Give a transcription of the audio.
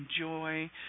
joy